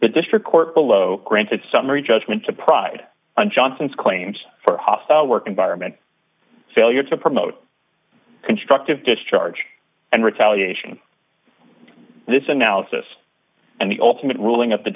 the district court below granted summary judgment to pride on johnson's claims for hostile work environment failure to promote constructive discharge and retaliation this analysis and the ultimate ruling at the